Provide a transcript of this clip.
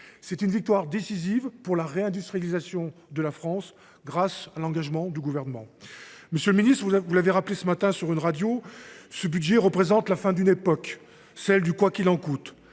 d’une victoire décisive pour la réindustrialisation de la France, grâce à l’engagement du Gouvernement. Monsieur le ministre, vous l’avez rappelé ce matin à la radio : ce budget représente la fin d’une époque, celle du « quoi qu’il en coûte